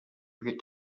forget